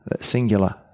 Singular